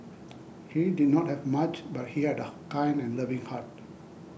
he did not have much but he had a kind and loving heart